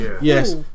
yes